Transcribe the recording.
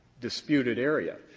disputed area.